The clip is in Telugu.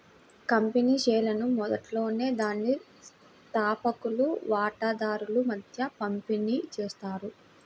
కంపెనీ షేర్లను మొదట్లోనే దాని స్థాపకులు వాటాదారుల మధ్య పంపిణీ చేస్తారు